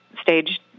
stage